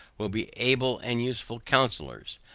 will be able and useful counsellors,